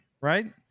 right